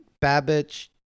Babbage